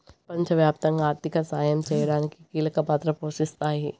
ప్రపంచవ్యాప్తంగా ఆర్థిక సాయం చేయడంలో కీలక పాత్ర పోషిస్తాయి